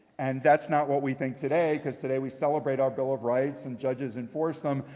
and that's not what we think today, because today we celebrate our bill of rights, and judges enforce them.